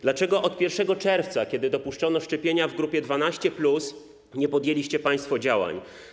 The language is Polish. Dlaczego od 1 czerwca, kiedy dopuszczono szczepienia w grupie 12+, nie podjęliście państwo działań?